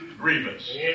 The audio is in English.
grievous